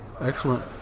Excellent